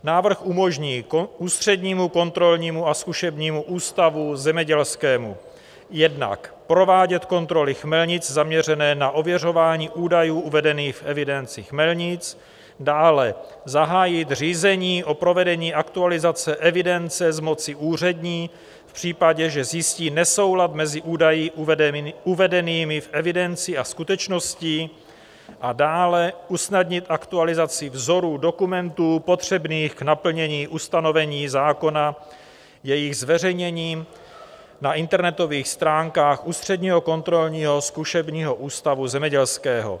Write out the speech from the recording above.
Návrh umožní Ústřednímu kontrolnímu a zkušebnímu ústavu zemědělskému jednak provádět kontroly chmelnic zaměřené na ověřování údajů uvedených v evidenci chmelnic, dále zahájit řízení o provedení aktualizace evidence z moci úřední v případě, že zjistí nesoulad mezi údaji uvedenými v evidenci a skutečností, a dále usnadnit aktualizaci vzorů dokumentů potřebných k naplnění ustanovení zákona jejich zveřejněním na internetových stránkách Ústředního kontrolního a zkušebního ústavu zemědělského.